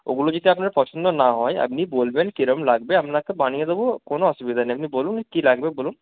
ওগুলো যদি আপনার পছন্দ না হয় আপনি বলবেন কীরকম লাগবে আপনাকে বানিয়ে দেবো কোনো অসুবিধা নেই আপনি বলুন কী লাগবে বলুন